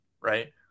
right